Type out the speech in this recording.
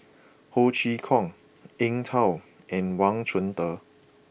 Ho Chee Kong Eng Tow and Wang Chunde